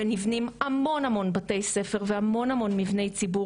ונבנים המון בתי ספר והמון מבני ציבור